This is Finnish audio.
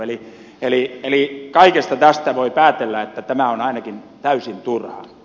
eli kaikesta tästä voi päätellä että tämä on ainakin täysin turha